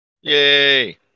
Yay